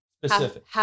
Specific